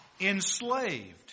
enslaved